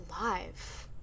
alive